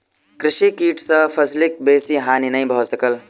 कृषि कीटक सॅ फसिलक बेसी हानि नै भ सकल